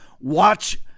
watch